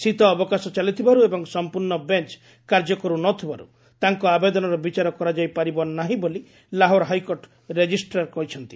ଶୀତ ଅବକାଶ ଚାଲିଥିବାରୁ ଏବଂ ସମ୍ପୂର୍ଣ୍ଣ ବେଞ୍ କାର୍ଯ୍ୟ କରୁ ନ ଥିବାରୁ ତାଙ୍କ ଆବେଦନର ବିଚାର କରାଯାଇପାରିବ ନାହିଁ ବୋଲି ଲାହୋର୍ ହୋଇକୋର୍ଟ ରେଜିଷ୍ଟାର୍ କହିଛନ୍ତି